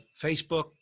Facebook